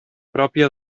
pròpia